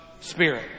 Spirit